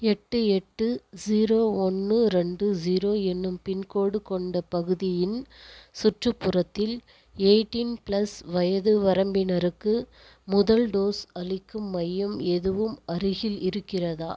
எட்டு எட்டு ஜீரோ ஒன்று ரெண்டு ஜீரோ என்னும் பின்கோடு கொண்ட பகுதியின் சுற்றுப்புறத்தில் எய்டீன் பிளஸ் வயது வரம்பினருக்கு முதல் டோஸ் அளிக்கும் மையம் எதுவும் அருகில் இருக்கிறதா